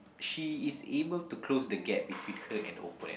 she is able to close the gap between her and opponent